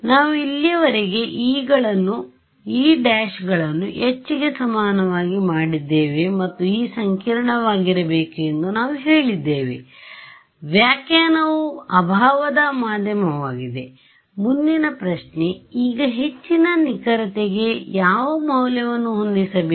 ನಾವು ಇಲ್ಲಿಯವರೆಗೆ e ಗಳನ್ನು h ಗೆ ಸಮನಾಗಿ ಮಾಡಿದ್ದೇವೆ ಮತ್ತು e ಸಂಕೀರ್ಣವಾಗಿರಬೇಕು ಎಂದು ನಾವು ಹೇಳಿದ್ದೇವೆ ವ್ಯಾಖ್ಯಾನವು ಅಭಾವದ ಮಾಧ್ಯಮವಾಗಿದೆ ಮುಂದಿನ ಪ್ರಶ್ನೆ ಈಗ ಹೆಚ್ಚಿನ ನಿಖರತೆಗೆ ಯಾವ ಮೌಲ್ಯವನ್ನು ಹೊಂದಿಸಬೇಕು